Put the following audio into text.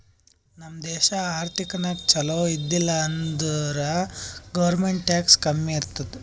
ನಮ್ ದೇಶ ಆರ್ಥಿಕ ನಾಗ್ ಛಲೋ ಇದ್ದಿಲ ಅಂದುರ್ ಗೌರ್ಮೆಂಟ್ಗ್ ಟ್ಯಾಕ್ಸ್ ಕಮ್ಮಿ ಬರ್ತುದ್